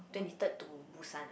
twenty third to Busan ah